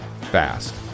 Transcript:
fast